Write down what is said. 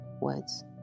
words